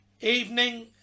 evening